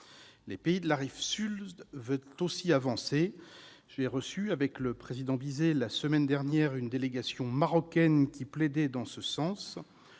Les pays de la rive Sud veulent aussi avancer. J'ai reçu avec le président Jean Bizet, la semaine dernière, une délégation marocaine qui plaidait en ce sens.